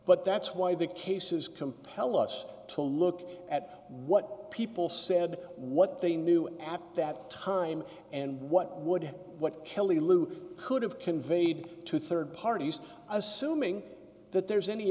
but that's why the cases compel us to look at what people said what they knew at that time and what would what kelly lou could have conveyed to rd parties assuming that there's any